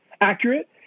accurate